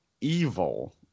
evil